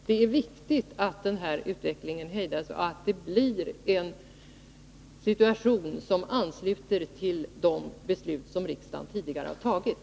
Det är viktigt att utvecklingen hejdas och att situationen kommer att ansluta till de beslut som riksdagen tidigare har fattat.